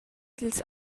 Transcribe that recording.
dils